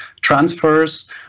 transfers